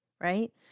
right